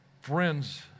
friends